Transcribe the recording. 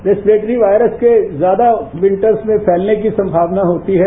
respiratory virus के ज्यादा winters में पहनने की संभावना होती है